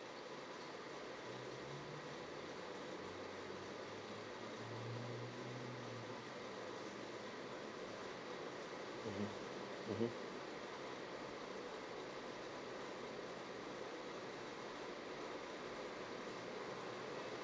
mmhmm mmhmm